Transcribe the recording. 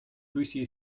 bussy